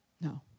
No